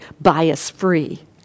bias-free